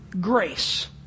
grace